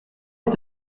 est